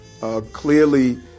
Clearly